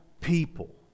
people